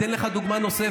אני אתן לך דוגמה נוספת.